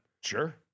Sure